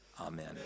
amen